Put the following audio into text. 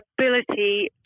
ability